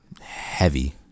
Heavy